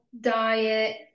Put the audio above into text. diet